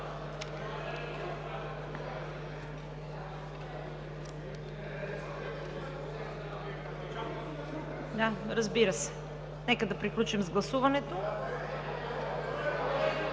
Да, разбира се. Нека да приключим с гласуването.